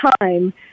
time